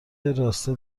راسته